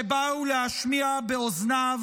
שבאו להשמיע באוזניו